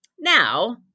Now